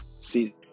season